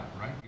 right